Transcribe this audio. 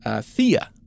Thea